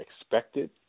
expected